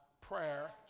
prayer